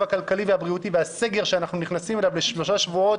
הכלכלי והבריאותי והסגר שאנחנו נכנסים אליו לשלושה שבועות,